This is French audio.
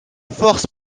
forces